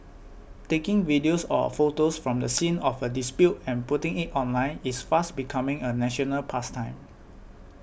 taking videos or photos from the scene of a dispute and putting it online is fast becoming a national pastime